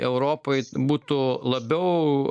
europai būtų labiau